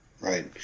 right